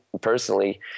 personally